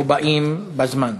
או באים בזמן.